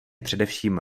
především